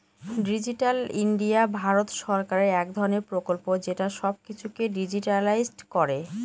digital India Bharat সরকারের এক ধরনের প্রকল্প যেটা সব কিছুকে ডিজিট্যালাইসড করে